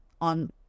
On